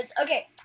Okay